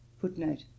Footnote